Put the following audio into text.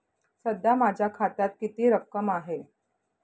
सध्या माझ्या खात्यात किती रक्कम आहे?